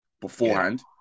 beforehand